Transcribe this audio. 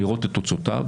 לראות את תוצאותיו.